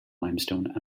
limestone